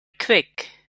quick